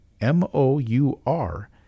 M-O-U-R